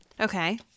Okay